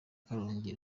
karongi